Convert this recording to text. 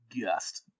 Gust